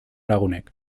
lagunek